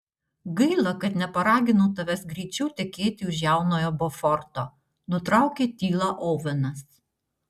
gaila kad neparaginau tavęs greičiau tekėti už jaunojo boforto nutraukė tylą ovenas